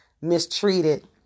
mistreated